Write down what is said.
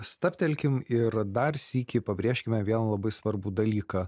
stabtelkim ir dar sykį pabrėžkime vieną labai svarbų dalyką